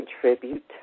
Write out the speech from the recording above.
contribute